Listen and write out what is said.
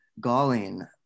galling